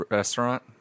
restaurant